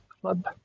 club